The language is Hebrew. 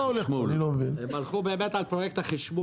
הם הלכו על פרויקט החשמול.